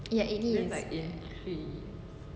ya it is